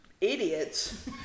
idiots